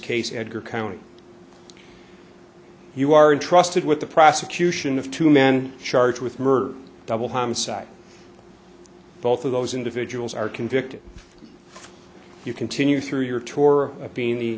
case edgar county you are entrusted with the prosecution of two men charged with murder double homicide both of those individuals are convicted you continue through your tour of being the